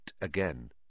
again